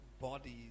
bodies